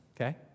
Okay